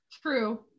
true